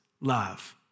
love